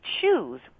choose